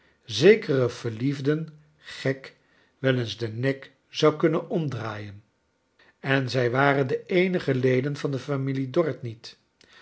zekeren verliefden gek wel eens den nek zou kunnen omdraaien en zij waren de eenige leden van de familie dorrit niet